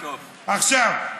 עכשיו,